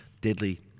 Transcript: deadly